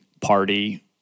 party